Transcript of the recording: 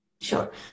Sure